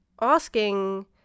asking